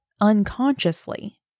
unconsciously